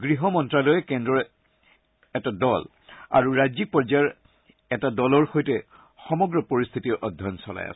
গৃহ মন্ত্যালয়ে কেন্দ্ৰৰ এটা দল আৰু ৰাজ্যিক পৰ্যায়ৰ এটা দলৰ সৈতে সমগ্ৰ পৰিস্থিতি অধ্যয়ন চলাই আছে